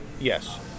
yes